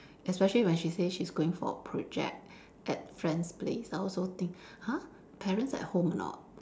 especially when she say she's going for project at friends' place I also think !huh! parents at home or not